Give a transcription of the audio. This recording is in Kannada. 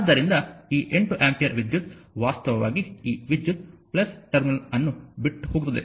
ಆದ್ದರಿಂದ ಈ 8 ಆಂಪಿಯರ್ ವಿದ್ಯುತ್ ವಾಸ್ತವವಾಗಿ ಈ ವಿದ್ಯುತ್ ಟರ್ಮಿನಲ್ ಅನ್ನು ಬಿಟ್ಟು ಹೋಗುತ್ತದೆ